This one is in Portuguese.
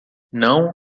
não